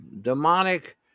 demonic